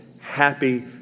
happy